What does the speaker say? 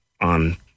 on